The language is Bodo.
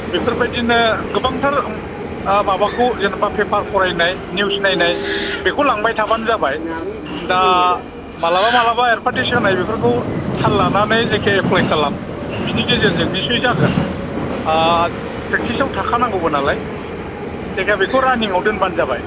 बेफोरबायदिनो गोबांथार माबाखौ जेनेबा पेपार फरायनाय निउस नायनाय बेखौ लांबाय थाबानो जाबाय दा मालाबा मालाबा एडभारटेस होनाय बेफोरखौ थाल लानानै जायखिजाया एप्लाइ खालाम बिनि गेजेरजों निस्सय जागोन प्रेक्टिसाव थाखानांगौबो नालाय जायखिजाया बेखौ रानिङाव दोनबानो जाबाय